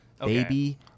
baby